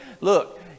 look